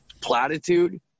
platitude